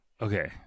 Okay